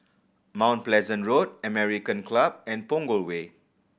Mount Pleasant Road American Club and Punggol Way